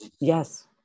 Yes